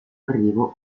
arrivo